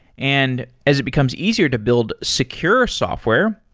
and as it becomes easier to build secure software,